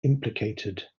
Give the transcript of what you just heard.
implicated